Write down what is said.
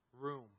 room